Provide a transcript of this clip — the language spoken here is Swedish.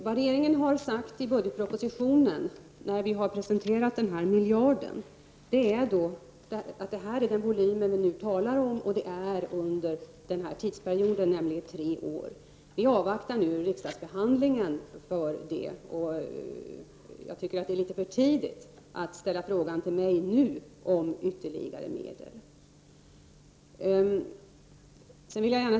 Vad regeringen har sagt i budgetpropositionen, när vi har presenterat förslaget om den här miljarden, är att detta är den volym som skall gälla under den här tidsperioden, nämligen tre år. Vi avvaktar nu riksdagsbehandlingen, och jag tycker att det är litet för tidigt att nu fråga mig om ytterligare medel.